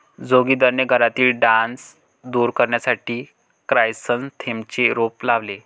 जोगिंदरने घरातील डास दूर करण्यासाठी क्रायसॅन्थेममचे रोप लावले